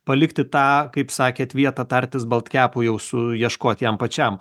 palikti tą kaip sakėte vietą tartis baltkepui jau suieškot jam pačiam